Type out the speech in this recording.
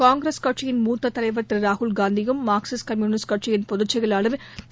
காங்கிரஸ் கட்சியின் மூத்த தலைவர் திரு ராகுல் காந்தியும் மார்க்சிஸ்ட் கம்யூனிஸ்ட் கட்சியின் பொதுச் செயலாளர் திரு